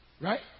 Right